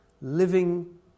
living